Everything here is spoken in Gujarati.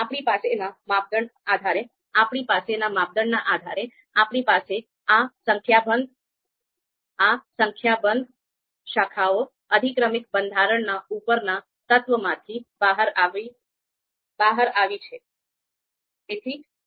આપણી પાસેના માપદંડના આધારે આપણી પાસે આ સંખ્યાબંધ શાખાઓ અધિક્રમિક બંધારણના ઉપરના તત્વમાંથી બહાર આવી છે